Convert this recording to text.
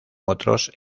otros